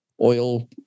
oil